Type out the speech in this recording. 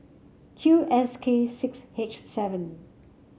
Q S K six H seven